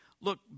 look